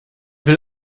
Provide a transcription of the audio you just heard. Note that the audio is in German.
will